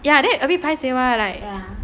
ya then a bit paiseh [what]